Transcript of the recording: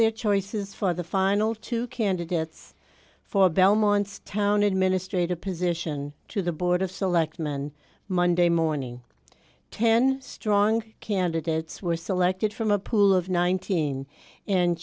their choices for the final two candidates for belmont's town administrative position to the board of selectmen monday morning ten strong candidates were selected from a pool of nineteen and